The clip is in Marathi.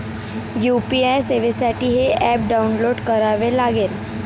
यू.पी.आय सेवेसाठी हे ऍप डाऊनलोड करावे लागेल